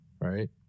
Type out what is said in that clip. right